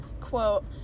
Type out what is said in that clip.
quote